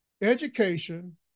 education